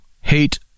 hate